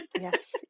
yes